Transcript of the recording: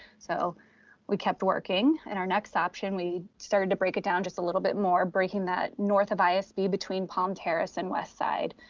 so we kept working. and our next option, we started to break it down just a little bit more, breaking that north of isb between palm terrace and west side.